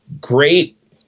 great